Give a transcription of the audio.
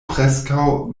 preskaŭ